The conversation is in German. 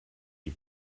die